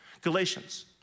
Galatians